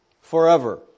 forever